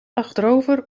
achterover